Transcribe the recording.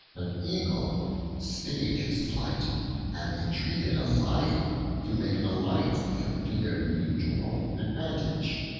an eagle stayed his flight and entreated a lion to make an alliance with him to their mutual advantage.